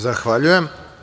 Zahvaljujem.